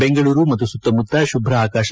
ಬೆಂಗಳೂರು ಮತ್ತು ಸುತ್ತಮುತ್ತ ಶುಭ್ರ ಆಕಾಶ